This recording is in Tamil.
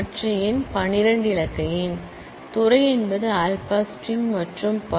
மற்ற எண் பன்னிரண்டு இலக்க எண் டிபார்ட்மண்ட் என்பது ஆல்பா ஸ்ட்ரிங் மற்றும் பல